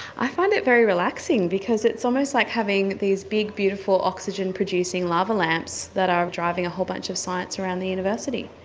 i find it very relaxing because it's almost like having these big beautiful oxygen producing lava lamps that are driving a whole bunch of science around the university.